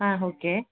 ಹಾಂ ಹೋಕೆ